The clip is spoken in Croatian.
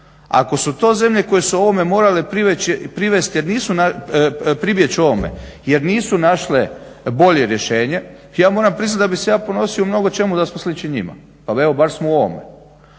ako su to zemlje koje su ovome morale pribjeći ovome jer nisu našle bolje rješenje, ja moram priznati da bih se ja ponosio mnogo čemu da smo slični njima, pa evo bar smo u ovome.